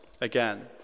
again